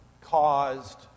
caused